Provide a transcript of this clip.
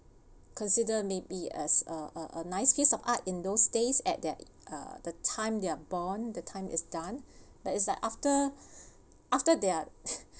consider maybe as a uh uh nice piece of art in those days at their uh the time they're born the time it's done but it's like after after they're